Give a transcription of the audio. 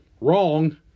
wrong